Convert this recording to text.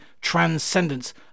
transcendence